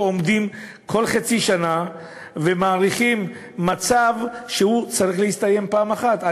עומדים כל חצי שנה ומאריכים מצב שצריך להסתיים פעם אחת.